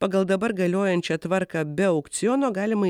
pagal dabar galiojančią tvarką be aukciono galima